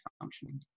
functioning